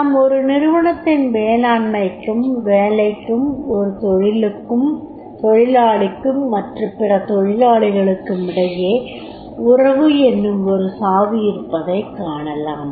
நாம் ஒரு நிறுவனத்தின் மேலாண்மைக்கும் வேலைக்கும் ஒரு தொழிலாளிக்கும் மற்றும் பிற தொழிலாளிகளுக்குமிடையே உறவு எனும் ஒரு சாவி இருப்பதைக் காணலாம்